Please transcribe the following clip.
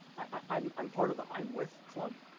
i'm i'm part of the i'm with club,